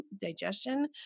digestion